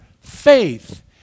Faith